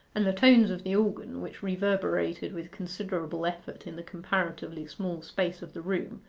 and the tones of the organ, which reverberated with considerable effect in the comparatively small space of the room,